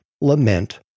lament